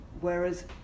Whereas